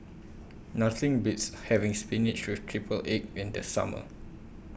Nothing Beats having Spinach with Triple Egg in The Summer